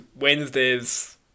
Wednesday's